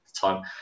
time